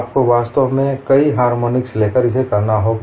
आपको वास्तव में कई हार्मोनिक्स लेकर इसे करना होगा